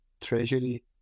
treasury